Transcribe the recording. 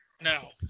Now